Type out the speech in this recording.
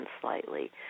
slightly